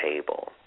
table